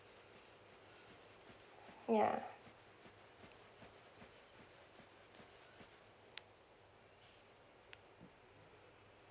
ya